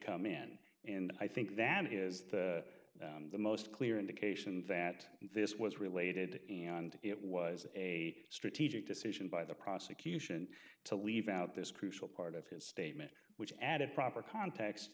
come in and i think that is the most clear indications that this was related and it was a strategic decision by the prosecution to leave out this crucial part of his statement which added proper context